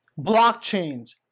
blockchains